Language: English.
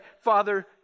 Father